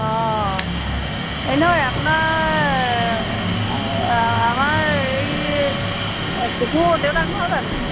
অঁ এই নহয় আপোনাৰ আমাৰ এই টুকুৰ দেউতাক নহয় জানোঁ